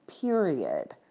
period